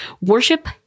worship